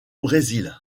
brésil